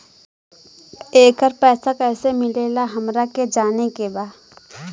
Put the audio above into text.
येकर पैसा कैसे मिलेला हमरा के जाने के बा?